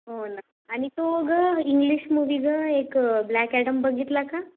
हो ना आणि तो गं इंग्लिश मूवी गं एक ब्लॅक ॲडम बघितला का